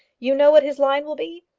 you know what his line will be?